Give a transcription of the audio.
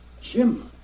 Jim